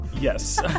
Yes